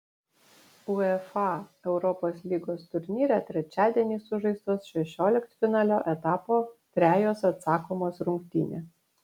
uefa europos lygos turnyre trečiadienį sužaistos šešioliktfinalio etapo trejos atsakomos rungtynės